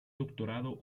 doctorado